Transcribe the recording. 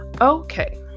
Okay